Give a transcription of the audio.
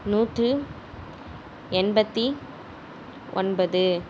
நூற்றி எண்பத்து ஒன்பது